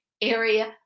area